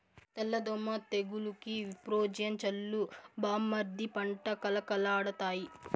తెల్ల దోమ తెగులుకి విప్రోజిన్ చల్లు బామ్మర్ది పంట కళకళలాడతాయి